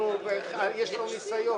יש לנו ניסיון.